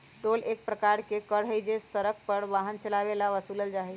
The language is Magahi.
टोल एक प्रकार के कर हई जो हम सड़क पर वाहन चलावे ला वसूलल जाहई